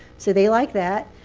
so they like that.